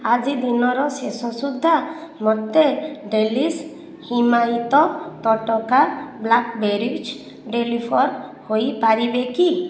ଆଜି ଦିନର ଶେଷ ସୁଦ୍ଧା ମୋତେ ଡେଲିଶ୍ ହିମାୟିତ ତଟକା ବ୍ଲାକ୍ବେରିଜ୍ ଡେଲିଭର୍ ହୋଇପାରିବ କି